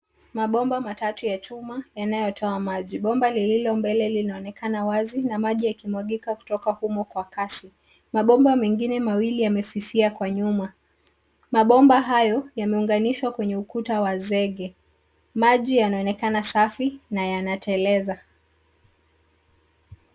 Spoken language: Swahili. Mabomba matatu ya chuma yanayotoa maji. Bomba lililo mbele linaonekana wazi na maji yakimwagika kutoka humo kwa kasi. Mabomba mengine mawili yamefifia kwa nyuma. Mabomba hayo yameunganishwa kwenye ukuta wa zege. Maji yanaonekana safi na yanateleza.